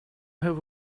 have